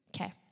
okay